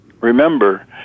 Remember